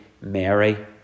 Mary